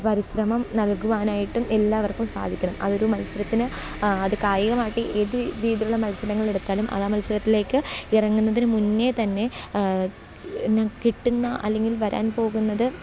പരിശ്രമം നല്കുവാനായിട്ടും എല്ലാവര്ക്കും സാധിക്കണം അതൊരു മത്സരത്തിന് അത് കായികമായിട്ട് ഏത് രീതിയിലുള്ള മത്സരങ്ങളെടുത്താലും അതാ മത്സരത്തിലേക്ക് ഇറങ്ങുന്നതിന് മുന്നേ തന്നെ കിട്ടുന്ന അല്ലെങ്കില് വരാന് പോകുന്നത്